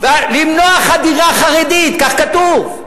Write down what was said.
"למנוע חדירה חרדית", כך כתוב.